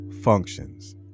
functions